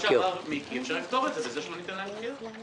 את מה שאמר מיקי אפשר לפתור בכך שלא ניתן להם דחייה.